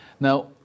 Now